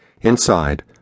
Inside